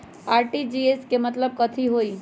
RTGS के मतलब कथी होइ?